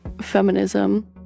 feminism